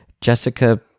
Jessica